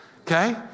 Okay